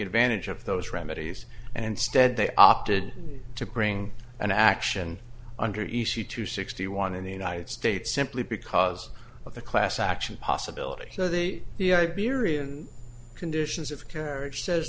advantage of those remedies and instead they opted to bring an action under e c to sixty one in the united states simply because of the class action possibility so they the iberian conditions of carriage says